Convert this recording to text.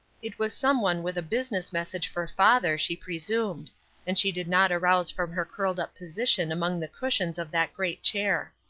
it was some one with a business message for father, she presumed and she did not arouse from her curled-up position among the cushions of that great chair.